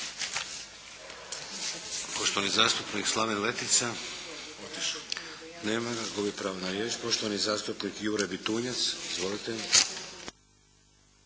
Poštovani zastupnik Slaven Letica. Nema ga. Gubi pravo na riječ. Poštovani zastupnik Jure Bitunjac. Izvolite.